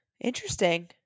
interesting